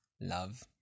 love